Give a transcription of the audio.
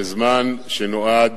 וזמן שנועד